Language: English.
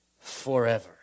forever